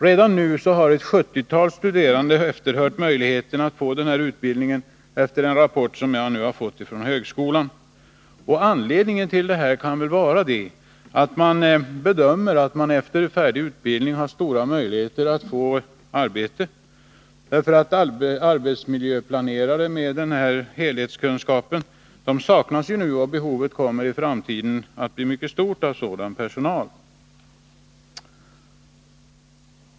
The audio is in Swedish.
Redan nu har ett 70-tal studerande efterhört möjligheterna att få denna utbildning, enligt en rapport som jag nu har fått från högskolan. Anledningen kan väl vara att man bedömer att man efter färdig utbildning har stora möjligheter att få arbete. Arbetsmiljöplanerare med denna helhetskunskap saknas ju nu, och det kommer i framtiden att bli stort behov av sådan personal.